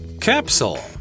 capsule